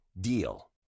DEAL